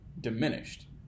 diminished